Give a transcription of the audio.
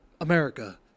America